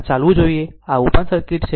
તેથી આ ચાલવું જોઈએ આ ઓપન સર્કિટ છે